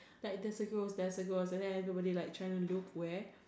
like there's a ghost there's a ghost and then like everybody like trying to look where